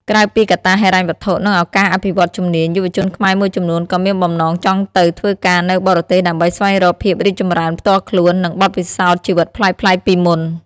ក្រៅពីកត្តាហិរញ្ញវត្ថុ និងឱកាសអភិវឌ្ឍជំនាញ យុវជនខ្មែរមួយចំនួនក៏មានបំណងចង់ទៅធ្វើការនៅបរទេសដើម្បីស្វែងរកភាពរីកចម្រើនផ្ទាល់ខ្លួន និងបទពិសោធន៍ជីវិតប្លែកៗពីមុន។